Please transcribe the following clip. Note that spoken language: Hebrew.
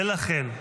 ולכן,